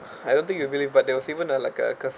I don't think you believe but there was even like a cas~